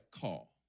call